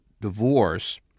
divorce